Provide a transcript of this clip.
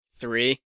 three